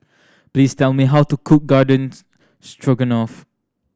please tell me how to cook Garden Stroganoff